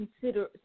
consider